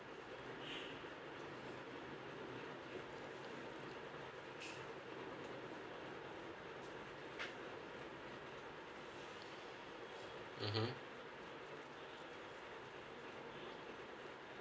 mmhmm